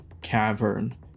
cavern